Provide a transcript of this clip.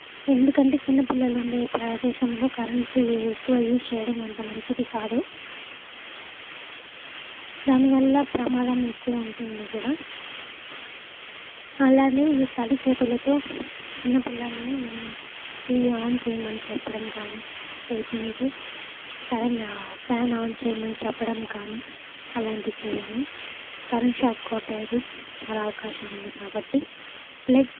ఎందుకంటే చిన్న పిల్లలు ఉండే ప్రదేశంలో కరెంటు ఎక్కువ యూస్ చేయడం అంత మంచిది కాదు దానివల్ల ప్రమాదం ఎక్కువ ఉంటుంది కూడా అలానే తడిచేతులతో చిన్నపిల్లల్ని మేము టీవీ ఆన్ చేయమని చెప్పడం కానీ లేకుంటే కరెం ఫ్యాన్ ఆన్ చేయమని చెప్పడం కానీ అలాంటి చేయము కరెంట్ షాక్ కొట్టే చాలా అవకాశం ఉంది కాబట్టి ప్లగ్